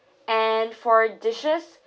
and for dishes